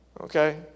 Okay